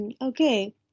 Okay